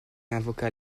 invoqua